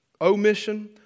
omission